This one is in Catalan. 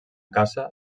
caça